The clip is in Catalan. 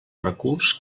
recurs